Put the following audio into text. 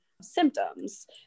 symptoms